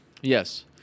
Yes